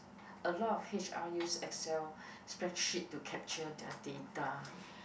a lot H_R use Excel spreadsheet to capture their data